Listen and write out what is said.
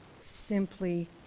simply